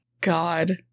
God